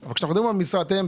אבל כשאנחנו מדברים על משרת אם,